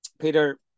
Peter